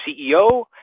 CEO